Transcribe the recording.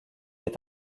est